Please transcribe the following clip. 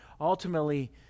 ultimately